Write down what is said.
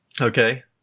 Okay